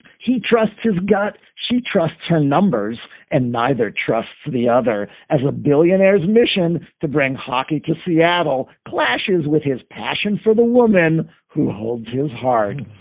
he trusts his gut, she trusts her numbers, and neither trusts the other as a billionaire's mission to bring hockey to seattle. clashes with his passion for the woman who holds his heart.